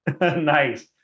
Nice